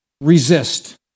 Resist